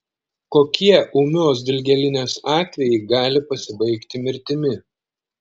kokie ūmios dilgėlinės atvejai gali pasibaigti mirtimi